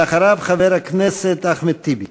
ואחריו חבר הכנסת אחמד טיבי.